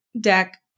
deck